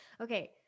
okay